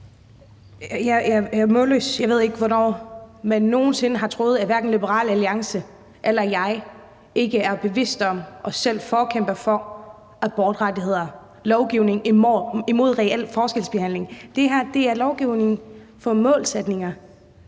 Jeg er målløs – jeg ved ikke, hvornår man nogen sinde har troet, at Liberal Alliance eller jeg ikke er bevidst om og har kæmpet for abortrettigheder og lovgivning imod reel forskelsbehandling. Det her er lovgivning om målsætninger